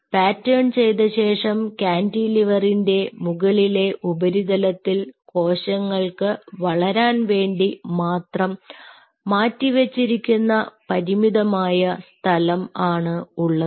pattern ചെയ്തശേഷം കാന്റിലി വറിന്റെ മുകളിലെ ഉപരിതലത്തിൽ കോശങ്ങൾക്ക് വളരാൻ വേണ്ടി മാത്രം മാറ്റിവെച്ചിരിക്കുന്ന പരിമിതമായ സ്ഥലം ആണ് ഉള്ളത്